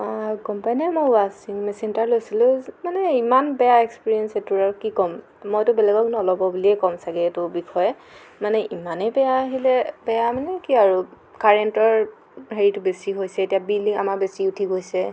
অঁ গম পাইনে মই ৱাছিং মেচিন এটা লৈছিলোঁ মানে ইমান বেয়া এক্সপেৰিয়েঞ্চ সেইটো আৰু কি কম মইতো বেলেগক নল'ব বুলিয়ে কম ছাগে এইটো বিষয়ে মানে ইমানেই বেয়া আহিলে বেয়া মানে কি আৰু কাৰেণ্টৰ হেৰিটো বেছি হৈছে এতিয়া বিলে আমাৰ বেছি উঠি গৈছে